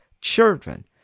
children